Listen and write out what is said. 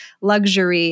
luxury